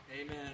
Amen